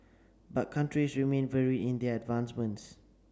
but countries remain varied in their advancements